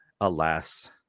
alas